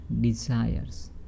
desires